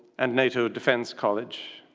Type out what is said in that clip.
and nato defense college.